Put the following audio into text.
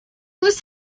was